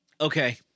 Okay